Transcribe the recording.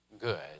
good